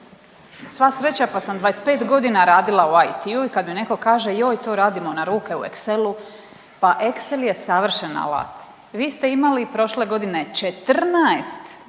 Sva sreća pa sam 25 godina radila u IT i kad mi netko kaže joj to radimo na ruke u excelu pa excel je savršen alat. Vi ste imali i prošle godine 14,